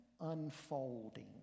unfolding